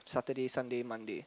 Saturday Sunday Monday